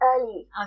early